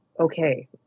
okay